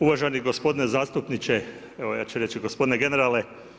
Uvaženi gospodine zastupniče, evo ja ću reći gospodine generale.